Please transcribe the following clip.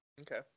Okay